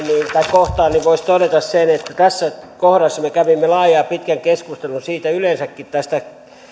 kohtaan voisi todeta sen että tässä kohdassa me kävimme laajan ja pitkän keskustelun yleensäkin tästä